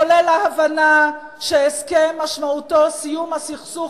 כולל ההבנה שהסכם משמעותו סיום הסכסוך